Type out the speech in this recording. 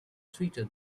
sweeter